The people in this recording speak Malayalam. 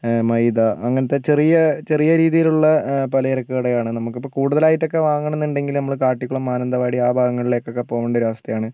മൈദ അങ്ങനത്തെ ചെറിയ ചെറിയ രീതിയിലുള്ള പലചരക്ക് കടയാണ് നമുക്കിപ്പോൾ കൂടുതലായിട്ടൊക്കെ വാങ്ങണം എന്നുണ്ടെങ്കിൽ നമ്മൾ കാട്ടിക്കുളം മാനന്തവാടി ആ ഭാഗങ്ങളിലേക്കൊക്കെ പോവേണ്ട ഒരു അവസ്ഥയാണ്